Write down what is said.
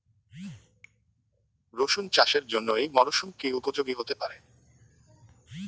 রসুন চাষের জন্য এই মরসুম কি উপযোগী হতে পারে?